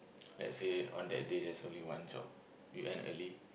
let's say on that day there's only one job you end early